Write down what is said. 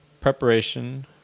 preparation